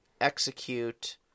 execute